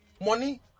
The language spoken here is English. Money